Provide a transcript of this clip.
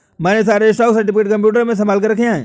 मैंने सारे stock certificate computer में संभाल के रखे हैं